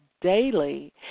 daily